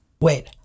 Wait